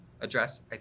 address